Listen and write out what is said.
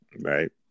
Right